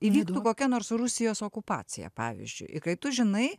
įvyktų kokia nors rusijos okupacija pavyzdžiui kai tu žinai